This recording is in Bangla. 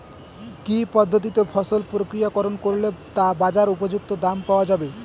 কি পদ্ধতিতে ফসল প্রক্রিয়াকরণ করলে তা বাজার উপযুক্ত দাম পাওয়া যাবে?